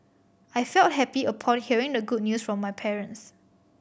I felt happy upon hearing the good news from my parents